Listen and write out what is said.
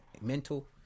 mental